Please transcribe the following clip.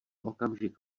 okamžik